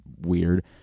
weird